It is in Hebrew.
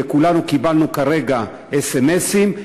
וכולנו קיבלנו כרגע סמ"סים,